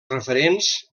referents